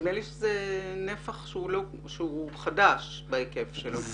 נדמה לי שזה נפח שהוא חדש בהיקף שלו.